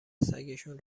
سگشون